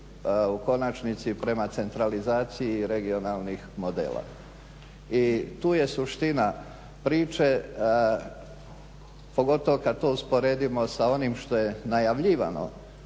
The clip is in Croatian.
u konačnici prema centralizaciji regionalnih modela i tu je suština priče, pogotovo kad to usporedimo sa onim što je najavljivano